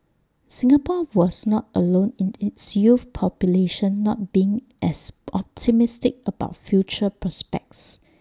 Singapore was not alone in its youth population not being as optimistic about future prospects